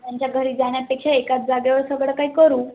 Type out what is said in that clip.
त्यांच्या घरी जाण्यापेक्षा एकाच जाग्यावर सगळं काही करू